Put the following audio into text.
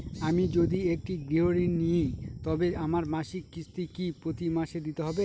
আমি যদি একটি গৃহঋণ নিই তবে আমার মাসিক কিস্তি কি প্রতি মাসে দিতে হবে?